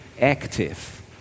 active